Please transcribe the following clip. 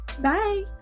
bye